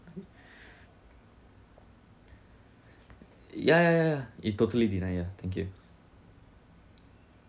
ya ya ya ya it totally deny yeah thank you